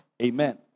Amen